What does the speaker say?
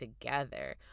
together